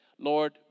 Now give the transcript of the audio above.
Lord